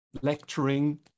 lecturing